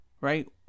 right